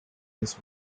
his